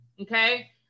okay